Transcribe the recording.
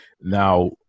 Now